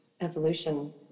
evolution